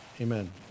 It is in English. Amen